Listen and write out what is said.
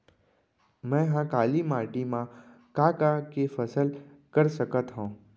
मै ह काली माटी मा का का के फसल कर सकत हव?